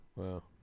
Wow